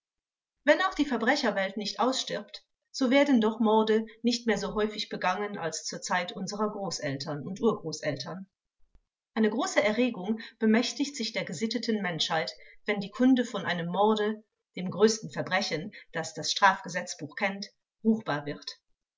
wenn auch die verbrecherwelt nicht ausstirbt so werden doch morde nicht mehr so häufig begangen als zur zeit unserer großeltern und urgroßeltern eine große erregung bemächtigt sich der gesitteten menschheit wenn die kunde von einem morde dem größten verbrechen das das strafgesetzbuch kennt ruchbar wird